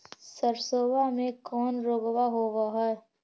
सरसोबा मे कौन रोग्बा होबय है?